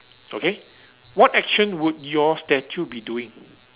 okay what action would your statue be doing